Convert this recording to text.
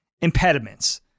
impediments